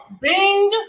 Bing